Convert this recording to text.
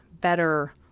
better